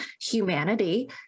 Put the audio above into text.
humanity